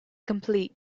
complete